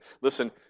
Listen